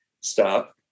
stop